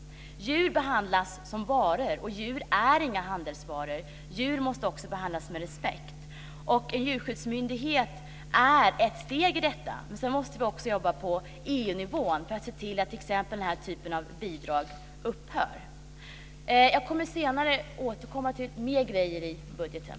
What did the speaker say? Djur behandlas som varor, men djur är inga handelsvaror. Djur måste också behandlas med respekt. En djurskyddsmyndighet är ett steg i detta. Sedan måste vi också jobba på EU-nivå för att se till att den här typen av bidrag upphör. Jag återkommer senare till mer grejer i budgeten.